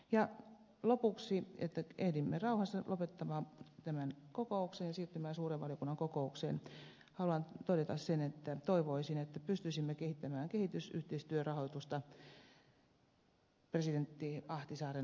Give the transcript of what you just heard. ja lopuksi että ehdimme rauhassa lopettamaan tämän kokouksen ja siirtymään suuren valiokunnan kokoukseen haluan todeta sen että toivoisin että pystyisimme kehittämään kehitysyhteistyörahoitusta presidentti ahtisaaren